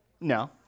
No